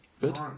Good